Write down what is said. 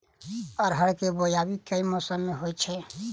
अरहर केँ बोवायी केँ मौसम मे होइ छैय?